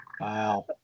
wow